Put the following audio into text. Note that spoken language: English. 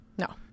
no